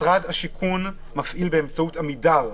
משרד השיכון מפעיל באמצעות עמידר.